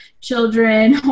children